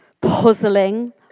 puzzling